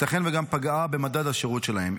שייתכן שגם פגעה במדד השירות שלהם.